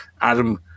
Adam